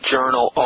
Journal